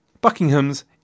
Buckingham's